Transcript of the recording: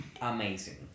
amazing